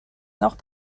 nord